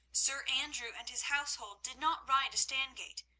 sir andrew and his household did not ride to stangate,